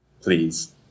Please